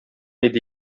иде